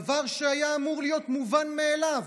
דבר שהיה אמור להיות מובן מאליו,